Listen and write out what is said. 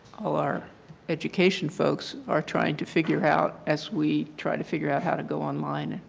our education folks are trying to figure out as we try to figure out how to go online.